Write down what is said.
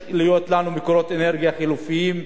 צריכים להיות לנו מקורות אנרגיה חלופיים,